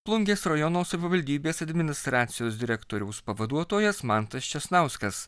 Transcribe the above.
plungės rajono savivaldybės administracijos direktoriaus pavaduotojas mantas česnauskas